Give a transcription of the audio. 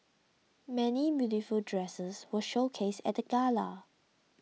many beautiful dresses were showcased at the gala